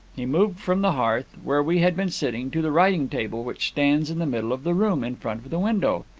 he moved from the hearth, where we had been sitting, to the writing-table, which stands in the middle of the room, in front of the window.